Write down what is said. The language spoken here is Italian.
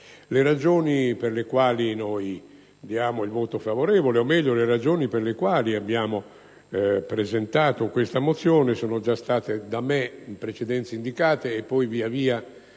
Le ragioni per le quali voteremo in senso favorevole, o meglio, per le quali abbiamo presentato questa mozione, sono già state da me in precedenza indicate e poi via via